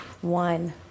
One